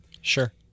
Sure